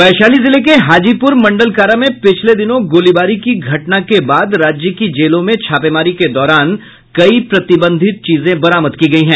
वैशाली जिले के हाजीपुर मंडल कारा में पिछले दिनों गोलीबारी की घटना के बाद राज्य की जेलों में छापेमारी के दौरान कई प्रतिबंधित चीजें बरामद की गयी है